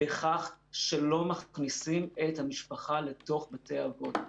שלא מכניסים לתוך בתי האבות.